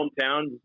hometown